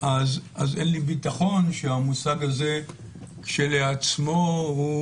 אז אין לי ביטחון שהמושג הזה כשלעצמו הוא